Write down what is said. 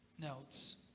notes